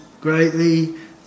greatly